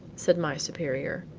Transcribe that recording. said my superior.